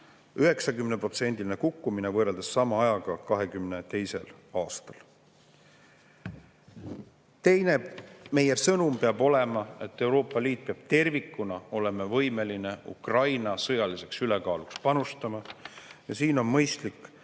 kukkumine võrreldes sama ajaga 2022. aastal. Teiseks, meie sõnum peab olema, et Euroopa Liit peab tervikuna olema võimeline Ukraina sõjalise ülekaalu saavutamiseks panustama. Ja siin on mõistlik